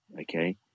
okay